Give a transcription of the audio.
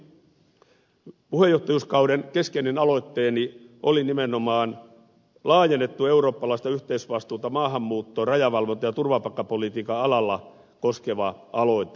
tältä osin puheenjohtajuuskauden keskeinen aloitteeni oli nimenomaan laajennettua eurooppalaista yhteisvastuuta maahanmuuton rajavalvonnan ja turvapaikkapolitiikan alalla koskeva aloite